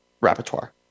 repertoire